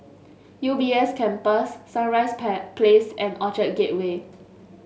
U B S Campus Sunrise Pie Place and Orchard Gateway